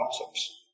concepts